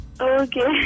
Okay